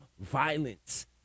violence